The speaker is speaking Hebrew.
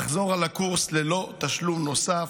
לחזור על הקורס ללא תשלום נוסף,